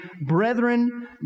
Brethren